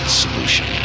solution